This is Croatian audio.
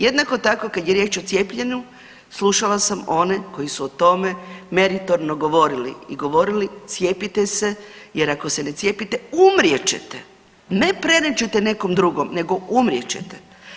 Jednako tako kad je riječ o cijepljenju slušala sam one koji su o tome meritorno govorili i govorili cijepite se jer ako se ne cijepite umrijet ćete, ne prenijet ćete nekom drugom nego umrijet ćete.